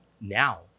now